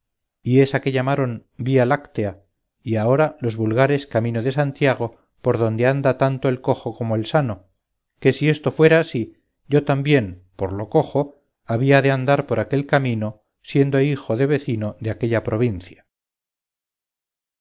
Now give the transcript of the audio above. y esa que llamaron vía láctea y ahora los vulgares camino de santiago por donde anda tanto el cojo como el sano que si esto fuera así yo también por lo cojo había de andar por aquel camino siendo hijo de vecino de aquella provincia